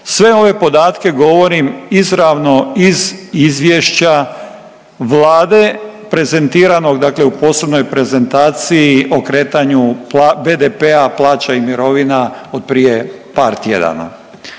Sve ove podatke govorim izravno iz izvješća Vlade prezentiranog dakle u posebnoj prezentaciji o kretanju BDP-a, plaća i mirovina od prije par tjedana.